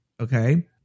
Okay